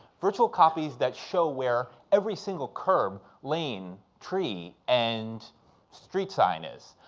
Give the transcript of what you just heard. virtual copies that show where every single curb, lane, tree and street sign is.